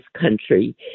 country